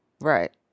Right